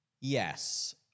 Yes